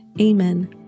Amen